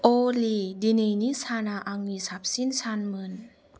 अलि दिनैनि साना आंनि साबसिन सानमोन